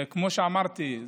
כמו שאמרתי,